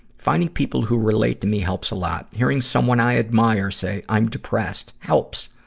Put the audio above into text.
finding people who relate to me helps a lot. hearing someone i admire say i'm depressed helps.